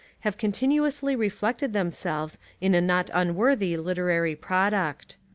have continuously reflected themselves in a not unworthy literary product.